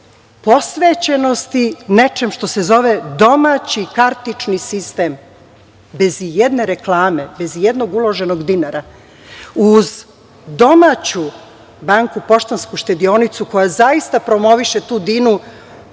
posvećenosti nečem što se zove domaći kartični sistem bez ijedne reklame, bez ijednog uloženog dinara. Uz domaću banku Poštansku štedionicu koja zaista promoviše tu